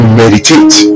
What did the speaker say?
meditate